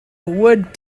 wood